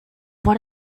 what